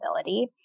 ability